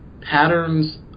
patterns